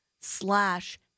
slash